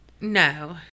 No